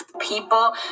People